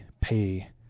pay